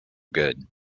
good